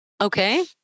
Okay